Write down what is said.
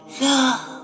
love